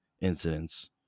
incidents